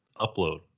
upload